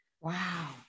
Wow